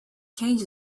change